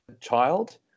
child